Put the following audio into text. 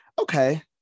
Okay